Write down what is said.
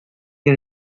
que